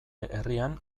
herrian